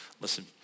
Listen